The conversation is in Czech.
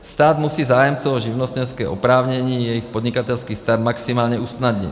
Stát musí zájemcům o živnostenské oprávnění jejich podnikatelský start maximálně usnadnit.